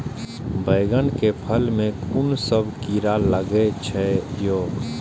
बैंगन के फल में कुन सब कीरा लगै छै यो?